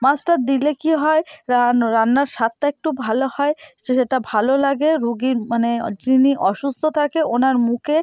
মাছটা দিলে কি হয় রান্না রান্নার স্বাদটা একটু ভালো হয় সেসেটা ভালো লাগে রুগীর মানে যিনি অসুস্থ থাকে ওনার মুখে